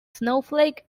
snowflake